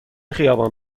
خیابان